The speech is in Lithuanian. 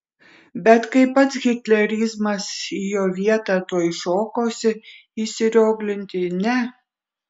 bet kai pats hitlerizmas į jo vietą tuoj šokosi įsirioglinti ne